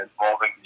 involving